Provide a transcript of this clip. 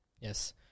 Yes